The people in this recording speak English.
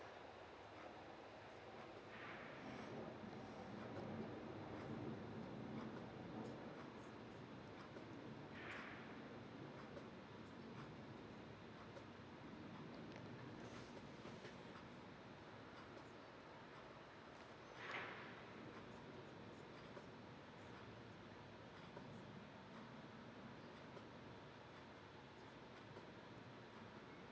mm mm